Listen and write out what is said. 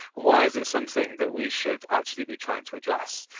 why is it something that we should actually be trying to address?